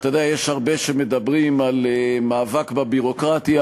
אתה יודע, יש הרבה שמדברים על מאבק בביורוקרטיה,